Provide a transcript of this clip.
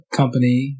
company